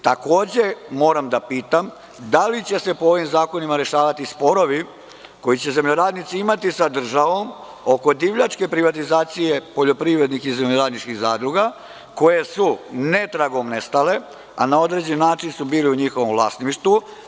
Takođe moram da pitam – da li će se po ovim zakonima rešavati sporovi koji će zemljoradnici imati sa državom oko divljačke privatizacije poljoprivrednih i zemljoradničkih zadruga, koje su netragom nestale, a na određen način su bile u njihovom vlasništvu?